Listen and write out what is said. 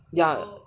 ya